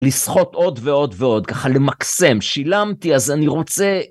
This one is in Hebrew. לסחוט עוד ועוד ועוד, ככה למקסם, שילמתי אז אני רוצה...